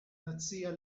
nacia